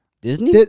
Disney